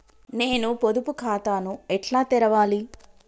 నేను పొదుపు ఖాతాను ఎట్లా తెరవాలి?